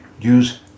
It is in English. use